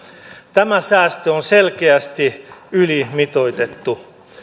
tämä säästö on selkeästi ylimitoitettu